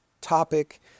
topic